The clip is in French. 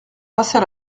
passer